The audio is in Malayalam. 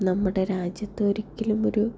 നമ്മുടെ രാജ്യത്ത് ഒരിക്കലും ഒരു